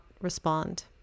respond